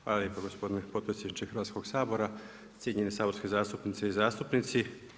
Hvala lijepo gospodine potpredsjedniče Hrvatskoga sabora, cijenjene saborske zastupnice i zastupnici.